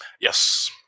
Yes